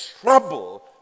trouble